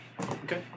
Okay